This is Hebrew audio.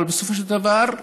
אבל בסופו של דבר,